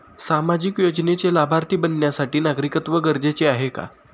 सामाजिक योजनेचे लाभार्थी बनण्यासाठी नागरिकत्व गरजेचे आहे का?